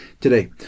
Today